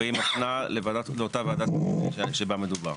והיא מפנה לאותה וועדת משנה שבה מדובר.